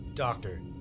Doctor